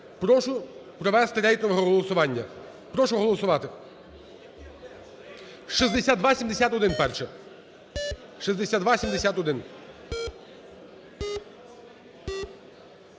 Прошу провести рейтингове голосування. Прошу голосувати. 6271 перше. 6271.